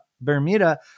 Bermuda